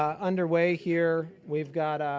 um underway here, we've got